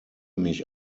mich